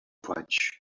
faig